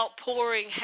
outpouring